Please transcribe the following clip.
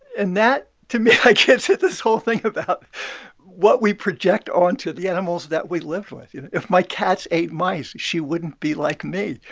and that, to me, like gets at this whole thing about what we project onto the animals that we lived with. you know, if my cats ate mice, she wouldn't be like me.